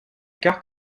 cartes